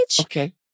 Okay